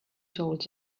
told